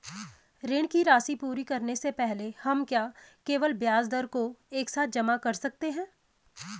ऋण की राशि पूरी करने से पहले हम क्या केवल ब्याज दर को एक साथ जमा कर सकते हैं?